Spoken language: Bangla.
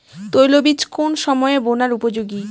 তৈলবীজ কোন সময়ে বোনার উপযোগী?